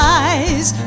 eyes